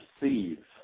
receive